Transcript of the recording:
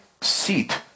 seat